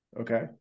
Okay